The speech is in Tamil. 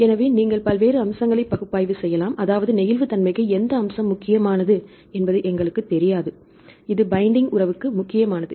எனவே நீங்கள் பல்வேறு அம்சங்களை பகுப்பாய்வு செய்யலாம் அதாவது நெகிழ்வுத்தன்மைக்கு எந்த அம்சம் முக்கியமானது என்பது எங்களுக்குத் தெரியாது இது பைண்டிங் உறவுக்கு முக்கியமானது